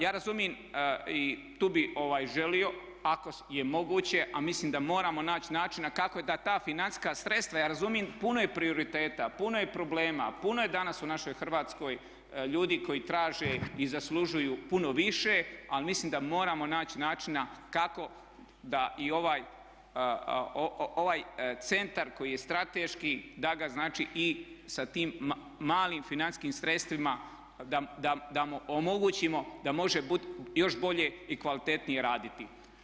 Ja razumijem i tu bih želio ako je moguće, a mislim da moramo naći načina kako da ta financijska sredstva, ja razumijem puno je prioriteta, puno je problema, puno je danas u našoj Hrvatskoj ljudi koji traže i zaslužuju puno više ali mislim da moramo naći načina kako da i ovaj centar koji je strateški da ga znači i sa tim malim financijskim sredstvima da mu omogućimo da može još bolje i kvalitetnije raditi.